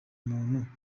umuntu